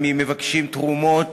טכנולוגיה זה דבר נפלא,